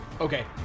Okay